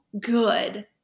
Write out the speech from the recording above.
good